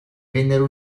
vennero